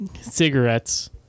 cigarettes